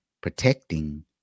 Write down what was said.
protecting